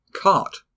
Cart